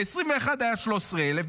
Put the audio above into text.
ב-2021 היה 13,000,